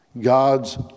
God's